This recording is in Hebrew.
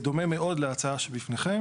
בדומה מאוד להצעה שבפניכם,